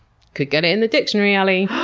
could get it in the dictionary, alie!